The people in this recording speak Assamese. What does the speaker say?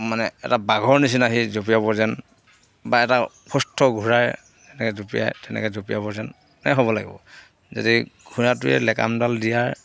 মানে এটা বাঘৰ নিচিনা সি জঁপিয়াব যেন বা এটা সুস্থ ঘোঁৰাই যেনেকৈ জঁপিয়াই তেনেকৈ জঁপিয়াব যেন এনে হ'ব লাগিব যদি ঘোঁৰাটোৱে লেকামডাল দিয়াৰ